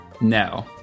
No